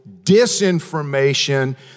disinformation